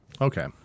Okay